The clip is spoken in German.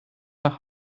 nach